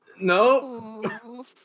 No